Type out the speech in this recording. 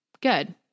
Good